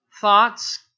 thoughts